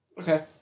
Okay